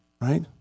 right